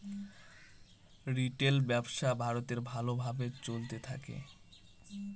retail ব্যবসা ভারতে ভালো ভাবে চলতে থাকে